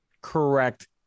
correct